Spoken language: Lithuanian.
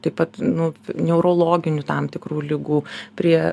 taip pat nu neurologinių tam tikrų ligų prie